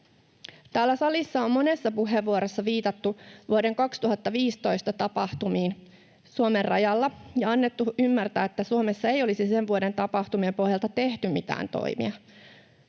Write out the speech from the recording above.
Täällä salissa on monessa puheenvuorossa viitattu vuoden 2015 tapahtumiin Suomen rajalla ja annettu ymmärtää, että Suomessa ei olisi sen vuoden tapahtumien pohjalta tehty mitään toimia.